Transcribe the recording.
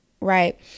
Right